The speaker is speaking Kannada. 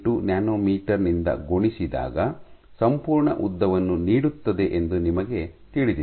38 ನ್ಯಾನೊಮೀಟರ್ ನಿಂದ ಗುಣಿಸಿದಾಗ ಸಂಪೂರ್ಣ ಉದ್ದವನ್ನು ನೀಡುತ್ತದೆ ಎಂದು ನಿಮಗೆ ತಿಳಿದಿದೆ